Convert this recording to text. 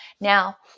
now